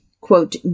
quote